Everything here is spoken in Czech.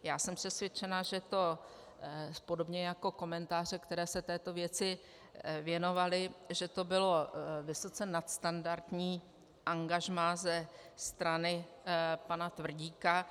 Já jsem přesvědčena, že to podobně jako komentáře, které se této věci věnovaly bylo vysoce nadstandardní angažmá ze strany pana Tvrdíka.